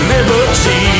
Liberty